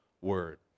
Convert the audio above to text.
word